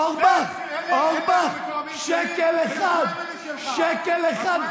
אורבך, אורבך, שקל אחד,